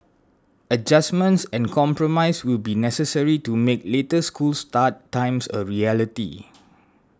adjustments and compromise will be necessary to make later school start times a reality